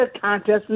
contest